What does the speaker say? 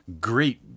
great